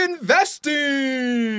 investing